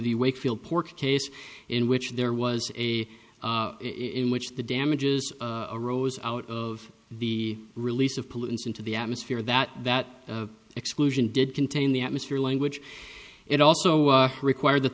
the wakefield pork case in which there was a in which the damages arose out of the release of pollutants into the atmosphere that that exclusion did contain the atmosphere language it also required that